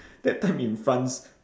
that time in france